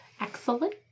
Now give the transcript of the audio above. Excellent